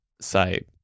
say